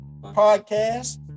podcast